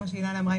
כמו שאילנה אמרה,